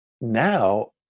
Now